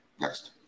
Next